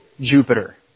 Jupiter